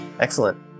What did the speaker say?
Excellent